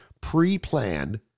pre-planned